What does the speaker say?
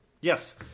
Yes